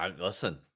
Listen